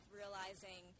realizing